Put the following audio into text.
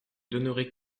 donnerai